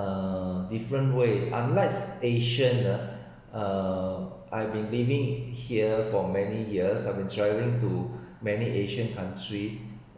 err different way unlike asian ah err I've been living here for many years I've been travelling to many asian country